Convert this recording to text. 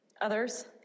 Others